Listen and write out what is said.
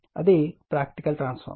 అది practical transformer